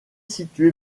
situé